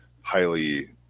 highly